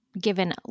given